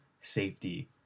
safety